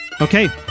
Okay